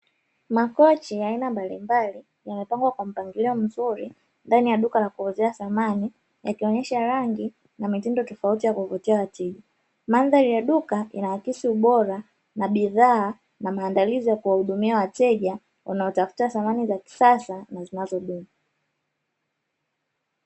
Makochi ya aina mbalimbali yamepangwa kwenye mpangilio mzuri ndani ya duka la kuuzia samani, yakionyesha rangi na mitindo tofauti ya kuvutia wateja. Mandhari ya duka inaakisi ubora na bidhaa na maandalizi ya kuwahudumia wateja wanaotafuta samani za kisasa na zinazodumu.